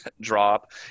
drop